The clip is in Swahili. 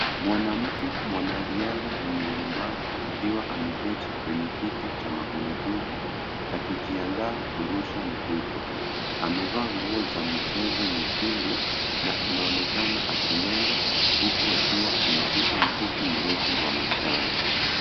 Mwanamke mwanariadha mwenye ulemavu akiwa ameketi kwenye kiti cha magurudumu, akijiandaa kurusha mkuki. Amevaa nguo za michezo nyekundu na anaonekana akilenga huku akiwa ameshika mkuki mrefu wa manjano.